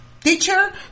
teacher